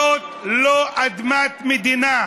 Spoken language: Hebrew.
זאת לא אדמת מדינה,